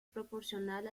proporcional